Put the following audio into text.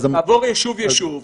תעבור יישוב יישוב,